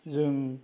जों